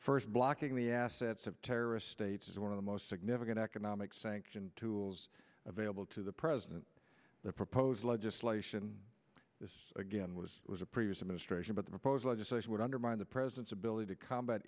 first blocking the assets of terrorist states is one of the most significant economic sanction tools available to the president the proposed legislation this again was a previous administration but the proposed legislation would undermine the president's ability to combat